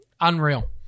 Unreal